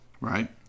Right